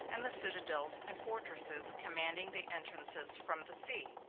and the citadels and fortresses commanding the entrances from the sea.